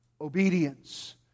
Obedience